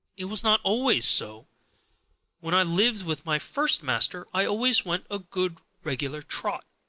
it was not always so when i lived with my first master i always went a good regular trot,